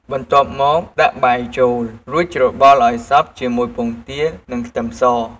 បន្ទាប់មក ដាក់បាយចូល រួចច្របល់ឱ្យសព្វជាមួយពងទា និងខ្ទឹមស។